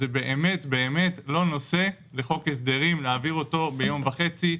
זה באמת באמת לא נושא לחוק הסדרים להעביר אותו ביום וחצי.